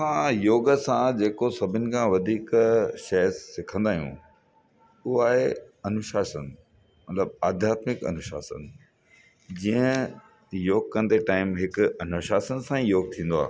मां योग सां जेको सभिनि खां वधीक शइ सिखंदा आहियूं उहा आहे अनुशासन मतिलबु आध्यत्मिक अनुशासन जीअं योग कंदे टाइम हिकु अनुशासन सां योग थींदो आहे